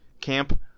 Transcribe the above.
camp